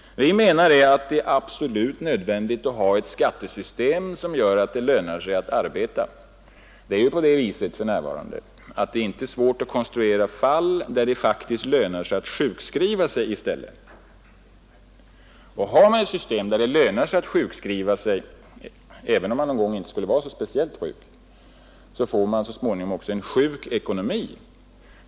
Vi anser att det är absolut nödvändigt att ha ett skattesystem som gör att det lönar sig att arbeta, men för närvarande är det inte svårt att konstruera fall där det faktiskt lönar sig att sjukskriva sig i stället. Har man ett system som medför att det lönar sig att sjukskriva sig, även om man inte skulle vara speciellt sjuk, får man så småningom också en sjuk ekonomi.